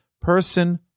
Person